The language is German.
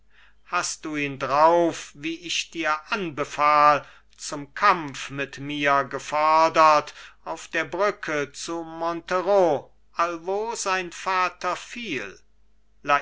hast du ihn drauf wie ich dir anbefahl zum kampf mit mir gefodert auf der brücke zu montereau allwo sein vater fiel